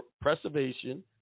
preservation